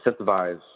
incentivize